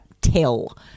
Tell